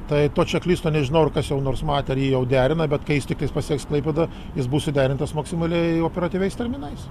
tai to čeklisto nežinau ar kas jau nors matė ar jį jau derina bet kai jis tiktais pasieks klaipėdą jis bus suderintas maksimaliai operatyviais terminais